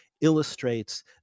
illustrates